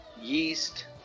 yeast